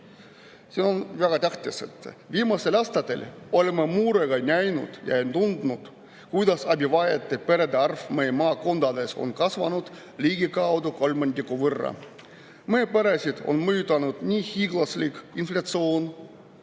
See on väga tähtis."Viimastel aastatel oleme murega näinud ja tundnud, kuidas abi vajavate perede arv meie maakondades on kasvanud ligikaudu kolmandiku võrra. Meie peresid on mõjutanud nii hiiglaslik inflatsioon,